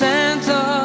Santa